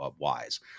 wise